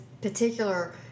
particular